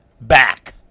back